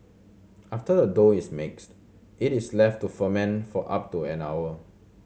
after the dough is mixed it is left to ferment for up to an hour